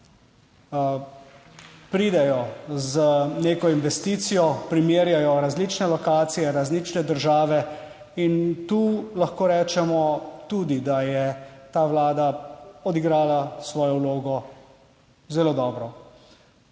pridejo z neko investicijo, primerjajo različne lokacije, različne države. In tu lahko rečemo tudi, da je ta vlada odigrala svojo vlogo. Zelo dobro,